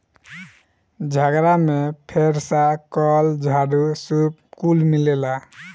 झगड़ा में फेरसा, कल, झाड़ू, सूप कुल मिलेला